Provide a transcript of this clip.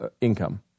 income